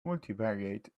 multivariate